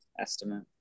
estimate